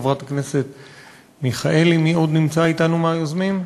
חברת הכנסת מיכאלי, מי עוד נמצא אתנו מהיוזמים?